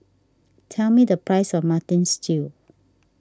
tell me the price of Mutton Stew